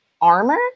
armor